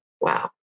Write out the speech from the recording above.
Wow